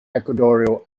equatorial